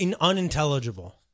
unintelligible